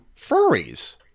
furries